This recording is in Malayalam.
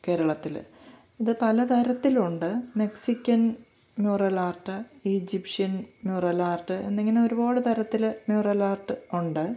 കേരളത്തിൽ ഇത് പല തരത്തിലുണ്ട് Mexican mural art Egyptian mural art എന്നിങ്ങനെ ഒരുപാട് തരത്തിൽ മ്യൂറൽ ആർട്ട് ഉണ്ട്